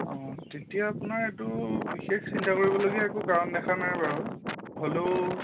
অঁ তেতিয়া আপোনাৰ এইটো বিশেষ চিন্তা কৰিবলগীয়া একো কাৰণ দেখা নাই বাৰু হ'লেও